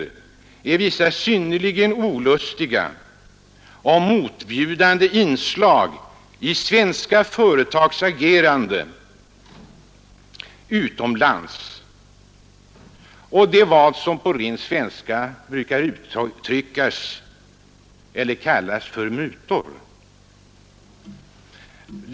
Vissa synnerligen olustiga och motbjudande inslag i svenska företags agerande utomlands är vad som på ren svenska brukar kallas för mutor.